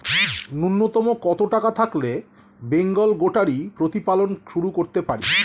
নূন্যতম কত টাকা থাকলে বেঙ্গল গোটারি প্রতিপালন শুরু করতে পারি?